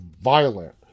violent